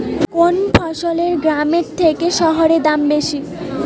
কোন ফসলের গ্রামের থেকে শহরে দাম বেশি?